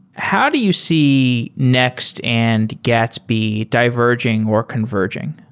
how do you see nnext and gatsby diverging or converging?